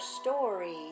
story